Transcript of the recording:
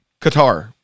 Qatar